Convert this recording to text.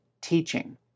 teaching